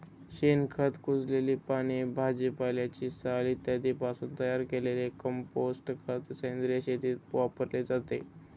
शेणखत, कुजलेली पाने, भाजीपाल्याची साल इत्यादींपासून तयार केलेले कंपोस्ट खत सेंद्रिय शेतीत वापरले जाते